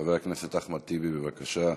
חבר הכנסת אחמד טיבי, בבקשה.